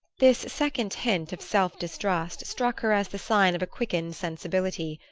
this second hint of self-distrust struck her as the sign of a quickened sensibility.